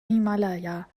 himalaya